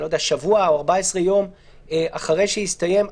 שבוע או 14 יום אחרי שהסתיים,